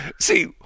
See